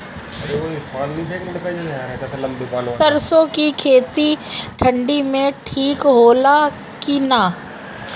सरसो के खेती ठंडी में ठिक होला कि ना?